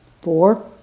Four